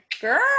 girl